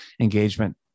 engagement